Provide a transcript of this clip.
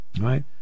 right